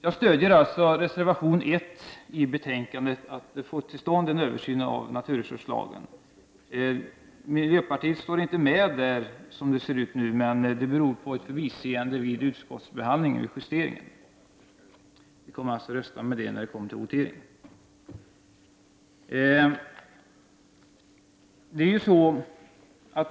Jag stöder reservation 1 till betänkandet som går ut på att få till stånd en översyn av naturresurslagen. Miljöpartiet står inte med bland reservanterna, men det beror på ett förbiseende vid justeringen av betänkandet. Vi kommer alltså att rösta för reservationen vid voteringen.